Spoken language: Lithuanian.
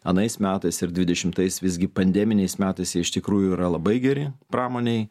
anais metais ir dvidešimtais visgi pandeminiais metais jie iš tikrųjų yra labai geri pramonei